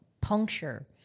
puncture